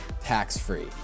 tax-free